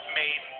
made